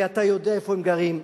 ואתה יודע איפה הם גרים,